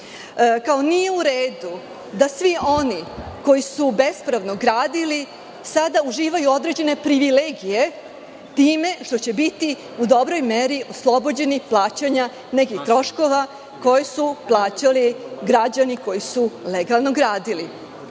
kao nije u redu da svi oni koji su bespravno gradili sada uživaju određene privilegije time što će biti u dobroj meri oslobođeni plaćanja nekih troškova koje su plaćali građani koji su legalno gradili.